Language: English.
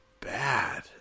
bad